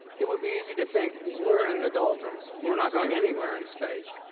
it would be easy to think we're in the doldrums, we're not going anywhere in space,